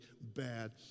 bad